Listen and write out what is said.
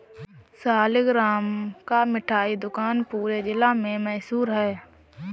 सालिगराम का मिठाई दुकान पूरे जिला में मशहूर है